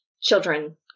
children